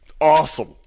Awesome